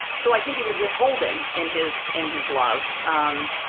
so i think he was withholding in his in his love. um,